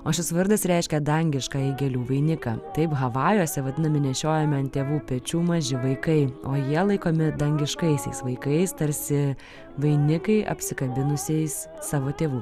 o šis vardas reiškia dangiškąjį gėlių vainiką havajuose vadinami nešiojami ant tėvų pečių maži vaikai o jie laikomi dangiškaisiais vaikais tarsi vainikai apsikabinusiais savo tėvų